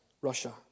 Russia